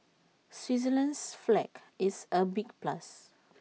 Switzerland's flag is A big plus